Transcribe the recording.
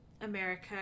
America